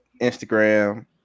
Instagram